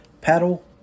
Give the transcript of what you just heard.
Paddle